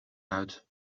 uit